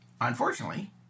unfortunately